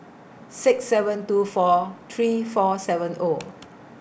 six seven two four three four seven O